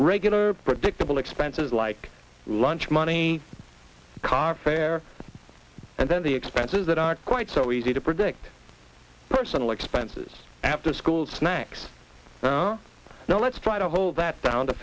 regular predictable expenses like lunch money car fare and then the fences that aren't quite so easy to predict personal expenses after school snacks now now let's try to hold that down to